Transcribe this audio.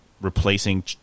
replacing